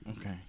Okay